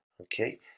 Okay